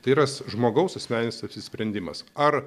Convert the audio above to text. tai yra žmogaus asmeninis apsisprendimas ar